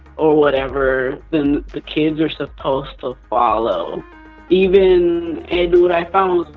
or whatever then the kids are supposed to follow even, and what i found.